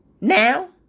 Now